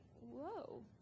whoa